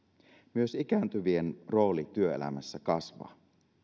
myös ikääntyvien rooli työelämässä kasvaa